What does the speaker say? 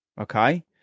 okay